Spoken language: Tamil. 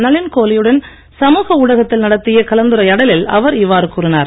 நளின் கோலியுடன் சமூக ஊடகத்தில் நடத்திய கலந்துரையாடலில் அவர் இவ்வாறு கூறினார்